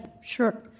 Sure